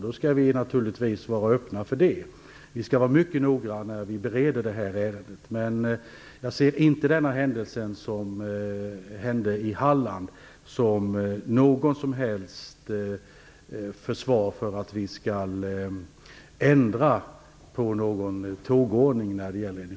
Då skall vi naturligtvis vara öppna för det. Vi skall vara mycket noggranna när vi bereder det här ärendet. Men jag ser inte att händelsen i Halland ger någon som helst anledning till att ändra på tågordningen när det gäller